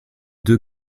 deux